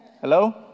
Hello